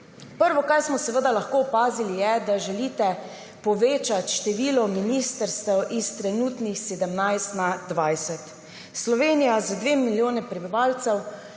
Prvo, kar smo seveda lahko opazili, je, da želite povečati število ministrstev iz trenutnih 17 na 20. Slovenija z dvema milijonoma prebivalcev